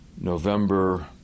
November